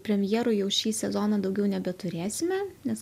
premjerų jau šį sezoną daugiau nebeturėsime nes